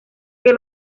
que